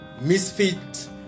Misfit